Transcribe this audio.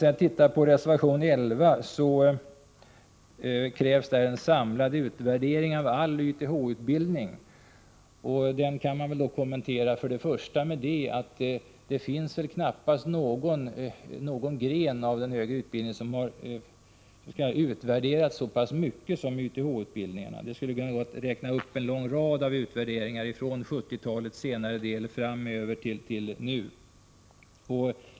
EE I reservation 11 krävs en samlad utvärdering av all YTH-utbildning. Det finns väl knappast någon gren av den högre utbildningen som har utvärderats så pass mycket som YTH-utbildningarna. Jag skulle kunna räkna upp en lång rad av studier som har gjorts från 1970-talets senare del och fram till nu.